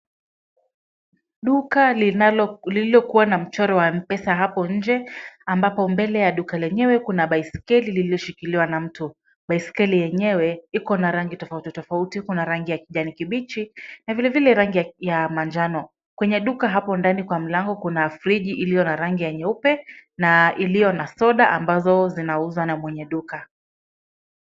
Duka lililokuwa na mchoro wa pesa hapo nje ambapo mbele ya duka lenyewe kuna baiskeli lililoshikiliwa na mtu. Baiskeli yenyewe ikona rangi tofauti tofauti. Kuna rangi ya kijani kibichi na vile vile rangi ya manjano. Kwenye duka hapo ndani kwa mlango kuna friji iliyo na rangi ya nyeupe na iliyo na soda ambazo zinauzwa na mwenye duka.